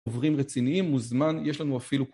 עוברים רציניים מוזמן יש לנו אפילו